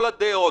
כל הדעות,